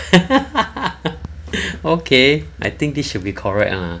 okay I think this should be correct ah